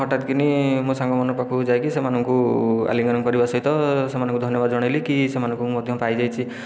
ହଠାତ କିନି ମୋ ସାଙ୍ଗମାନଙ୍କ ପାଖକୁ ଯାଇକି ସେମାନଙ୍କୁ ଆଲିଙ୍ଗନ କରିବା ସହିତ ସେମାନଙ୍କୁ ଧନ୍ୟବାଦ ଜଣାଇଲି କି ସେମାନଙ୍କୁ ମୁଁ ମଧ୍ୟ ପାଇଯାଇଛି